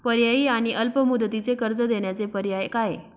पर्यायी आणि अल्प मुदतीचे कर्ज देण्याचे पर्याय काय?